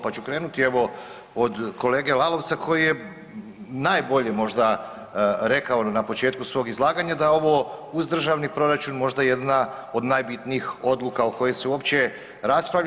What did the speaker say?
Pa ću krenuti, evo od kolege Lalovca koji je najbolje možda rekao na početku svog izlaganja, da je ovo uz državni proračun možda jedna od najbitnijih odluka o kojoj se uopće raspravlja.